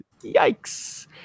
Yikes